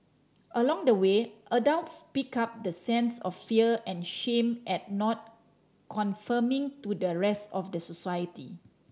along the way adults pick up the sense of fear and shame at not conforming to the rest of the society